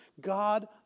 God